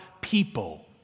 people